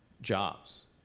jobs.